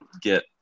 get